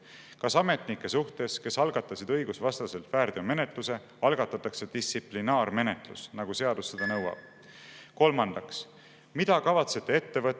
Kas ametnike suhtes, kes algatasid õigusvastaselt väärteomenetluse, algatatakse distsiplinaarmenetlus, nagu seadus seda nõuab? Kolmandaks, mida kavatsete ette võtta